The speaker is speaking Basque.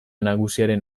nagusiaren